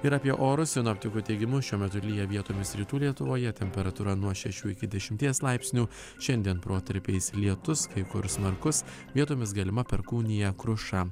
ir apie orus sinoptikų teigimu šiuo metu lyja vietomis rytų lietuvoje temperatūra nuo šešių iki dešimties laipsnių šiandien protarpiais lietus kai kur smarkus vietomis galima perkūnija kruša